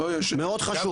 מאוד חשוב.